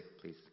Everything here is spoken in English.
please